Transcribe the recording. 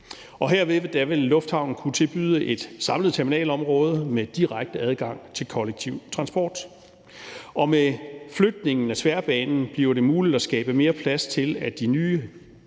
Herved vil lufthavnen kunne tilbyde et samlet terminalområde med direkte adgang til kollektiv transport. Med flytningen af tværbanen bliver det muligt at skabe mere plads til, at de nye,